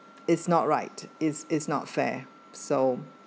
it's not right it's it's not fair so